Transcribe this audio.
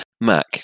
Mac